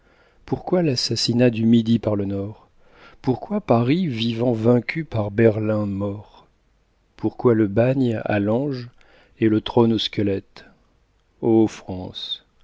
pourquoi l'assassinat du midi par le nord pourquoi paris vivant vaincu par berlin mort pourquoi le bagne à l'ange et le trône au squelette ô france